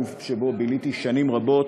גוף שבו ביליתי שנים רבות,